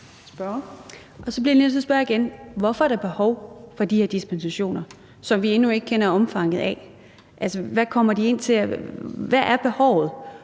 Hvorfor er der behov for de her dispensationer, som vi endnu ikke kender omfanget af? Altså, hvad er behovet?